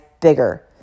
bigger